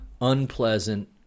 unpleasant